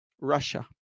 Russia